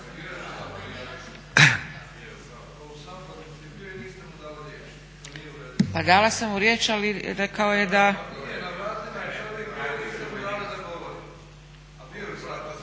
Pa dala sam mu riječ ali rekao je da…